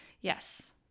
Yes